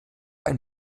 ein